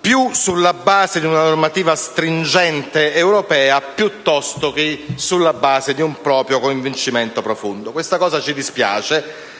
più sulla base di una normativa stringente europea che sulla base di un proprio convincimento profondo. Questo ci dispiace,